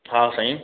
हा साईं